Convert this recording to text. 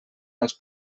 els